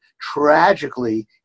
Tragically